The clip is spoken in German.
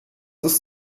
ist